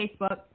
Facebook